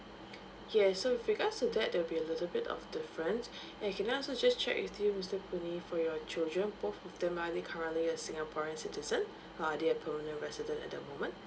yes so with regards to that there will be a little bit of difference and can I also just check with you mister puh nee for your children both of them are they currently a singaporean citizen or are they a permanent resident at the moment